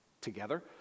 together